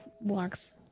Walks